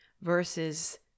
versus